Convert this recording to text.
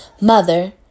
Mother